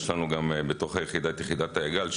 יש לנו בתוך היחידה את יחידת היג"ל,